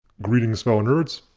greetings fellow nerds.